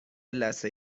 لثه